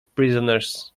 prisoners